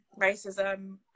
racism